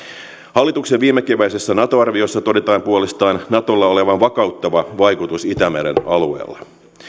hallituksen viimekeväisessä nato arviossa todetaan puolestaan natolla olevan vakauttava vaikutus itämeren alueella